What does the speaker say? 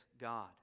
God